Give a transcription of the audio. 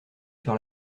sur